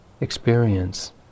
experience